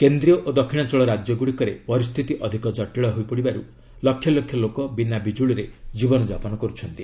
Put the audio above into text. କେନ୍ଦ୍ରୀୟ ଓ ଦକ୍ଷିଣାଞ୍ଚଳ ରାଜ୍ୟଗୁଡ଼ିକରେ ପରିସ୍ଥିତି ଅଧିକ ଜଟିଳ ହୋଇପଡ଼ିଥିବାରୁ ଲକ୍ଷଲକ୍ଷ ଲୋକ ବିନା ବିଜୁଳିରେ ଜୀବନଯାପନ କରୁଛନ୍ତି